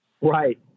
Right